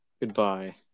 Goodbye